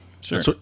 sure